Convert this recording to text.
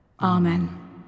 amen